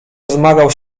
wzmagał